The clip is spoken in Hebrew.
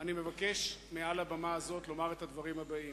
אני מבקש מעל הבמה הזאת לומר את הדברים האלה: